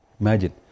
Imagine